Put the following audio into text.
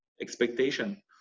expectation